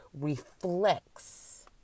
reflects